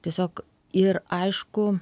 tiesiog ir aišku